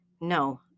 No